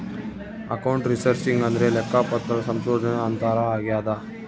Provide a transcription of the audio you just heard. account researching ಅಂದ್ರೆ ಲೆಕ್ಕಪತ್ರ ಸಂಶೋಧನೆ ಅಂತಾರ ಆಗ್ಯದ